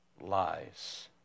lies